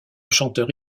chanteur